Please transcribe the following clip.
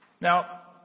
Now